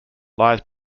lies